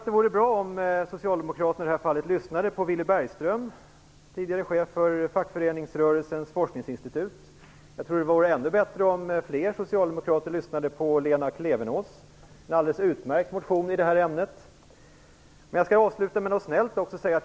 Det vore bra om socialdemokraterna i det här fallet lyssnade på Villy Bergström, tidigare chef för fackföreningsrörelsens forskningsinstitut. Det vore ännu bättre om fler socialdemokrater lyssnade på Lena Klevenås. Hon har väckt en alldeles utmärkt motion i det här ämnet. Jag skall avsluta med att också säga någonting snällt.